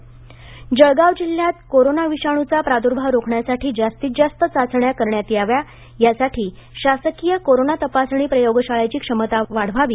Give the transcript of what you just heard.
जळगाव जळगाव जिल्ह्यात कोरोना विषाणूचा प्रादूर्भाव रोखण्यासाठी जास्तीत जास्त चाचण्या करण्यात याव्यात यासाठी शासकीय कोरोना तपासणी प्रयोगशाळेची क्षमता वाढवावी